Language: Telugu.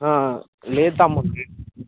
లేదు తమ్ముడు